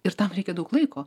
ir tam reikia daug laiko